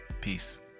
peace